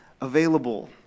available